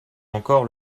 encore